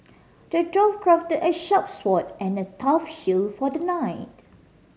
the dwarf crafted a sharp sword and a tough shield for the knight